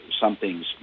something's